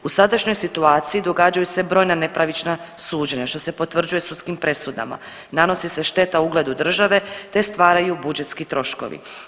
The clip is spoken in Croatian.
U sadašnjoj situaciji događaju se brojna nepravična suđenja, što se potvrđuje sudskim presudama, nanosi se šteta ugledu države te stvaraju budžetski troškovi.